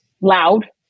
loud